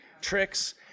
tricks